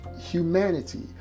humanity